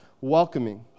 welcoming